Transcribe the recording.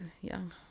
young